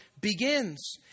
begins